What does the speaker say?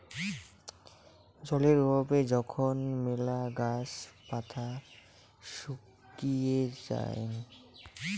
জলের অভাবে যখন মেলা গাছ পাতা শুকিয়ে যায়ং